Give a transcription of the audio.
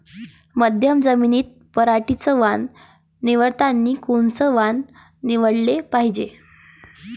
मध्यम जमीनीत पराटीचं वान निवडतानी कोनचं वान निवडाले पायजे?